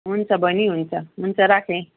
हुन्छ बहिनी हुन्छ हुन्छ राखेँ